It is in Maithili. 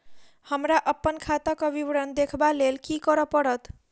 हमरा अप्पन खाताक विवरण देखबा लेल की करऽ पड़त?